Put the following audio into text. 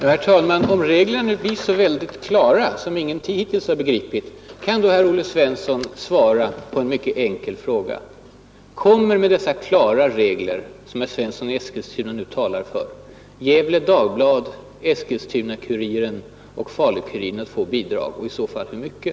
Herr talman! Om reglerna blir så klara, vilket ingen hittills har begripit, kan då Olle Svensson svara på en mycket enkel fråga: Kommer med dessa klara regler, som Olle Svensson nu talar för, Gefle Dagblad, Eskilstuna-Kuriren och Falu-Kuriren att få bidrag och i så fall hur mycket?